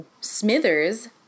Smithers